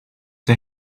der